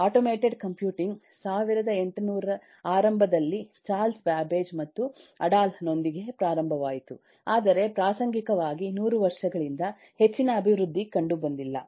automated computing 1800 ರ ಆರಂಭದಲ್ಲಿ Charles Babbage ಮತ್ತು ಅಡಾಲ್ಹ್ ನೊಂದಿಗೆ ಪ್ರಾರಂಭವಾಯಿತು ಆದರೆ ಪ್ರಾಸಂಗಿಕವಾಗಿ ನೂರು ವರ್ಷಗಳಿಂದ ಹೆಚ್ಚಿನ ಅಭಿವೃದ್ಧಿ ಕಂಡುಬಂದಿಲ್ಲ